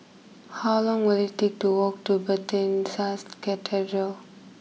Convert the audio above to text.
how long will it take to walk to Bethesda Cathedral